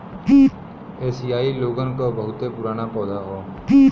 एसिआई लोगन क बहुते पुराना पौधा हौ